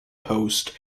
post